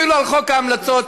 אפילו בחוק ההמלצות,